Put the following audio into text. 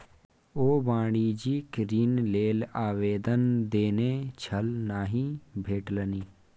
ओ वाणिज्यिक ऋण लेल आवेदन देने छल नहि भेटलनि